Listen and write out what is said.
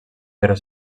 però